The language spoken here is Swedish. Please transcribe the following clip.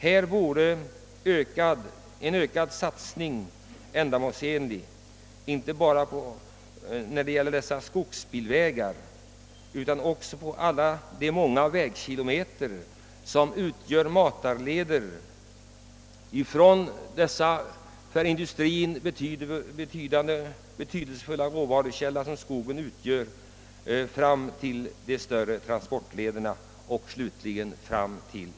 Här vore en ökad satsning ändamålsenlig, och då inte bara när det gäller skogsbilvägar utan också de många vägkilometer som utgör matarleder från den för industrin så betydelsefulla råvarukälla som skogen utgör fram till de större transportlederna med industrin som slutmål.